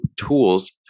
tools